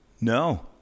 No